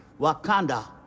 Wakanda